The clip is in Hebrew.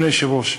אדוני היושב-ראש,